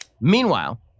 Meanwhile